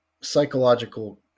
psychological